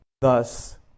Thus